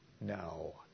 No